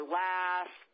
laugh